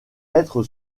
être